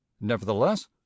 Nevertheless